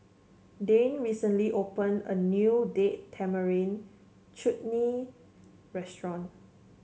Dayne recently opened a new Date Tamarind Chutney Restaurant